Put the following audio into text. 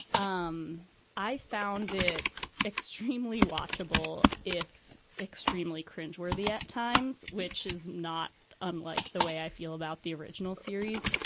um i found it extremely watchable if extremely cringe worthy at times, which is not unlike the way i feel about the original series.